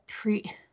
pre